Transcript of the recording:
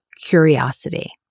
curiosity